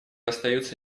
остаются